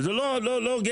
זה לא הוגן.